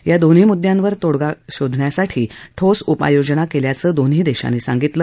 या दोन्ही मुद्यांवर तोडगा शोधण्यासाठी ठोस उपाययोजना केल्याचं दोन्ही देशांनी सांगितलं